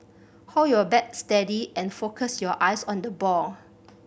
hold your bat steady and focus your eyes on the ball